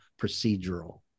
procedural –